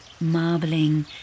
Marbling